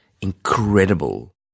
incredible